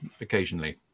Occasionally